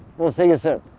we'll see you soon.